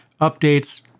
updates